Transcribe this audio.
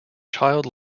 child